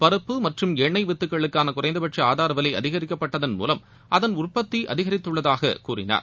பருப்பு மற்றும் எண்ணெய் வித்துகளுக்கான குறைந்தபட்ச ஆதார விலை அதிகரிக்கப்பட்டதன் மூலம் அதன் உற்பத்தி அதிகரித்துள்ளதாக கூறினார்